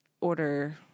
order